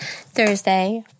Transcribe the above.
Thursday